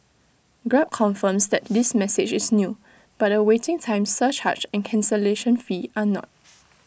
grab confirms that this message is new but the waiting time surcharge and cancellation fee are not